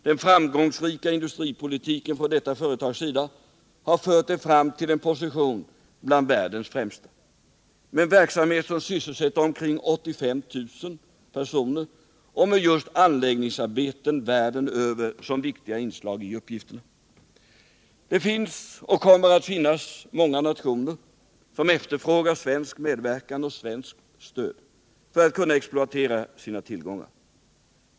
Den framgångsrika industripolitiken från detta företags sida har fört det fram till en position bland världens främsta, med en verksamhet som sysselsätter omkring 85 000 personer och med just anläggningsarbeten världen över som viktiga inslag i uppgifterna. Det finns, och kommer att finnas, många nationer som efterfrågar svensk medverkan och svenskt stöd för att kunna exploatera sina tillgångar.